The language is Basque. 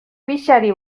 pixari